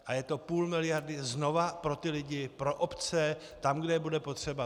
A je to půl miliardy znovu pro ty lidi, pro obce, tam, kde je budou potřebovat.